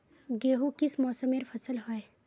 गेहूँ किस मौसमेर फसल होय?